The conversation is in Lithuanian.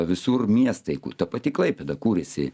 visur miestai ku ta pati klaipėda kūrėsi